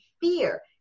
fear